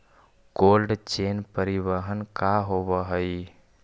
Cold chain परिवहन का होव हइ?